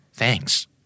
Thanks